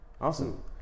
awesome